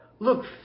Look